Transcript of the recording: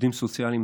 עובדים סוציאליים,